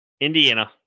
Indiana